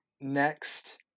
Next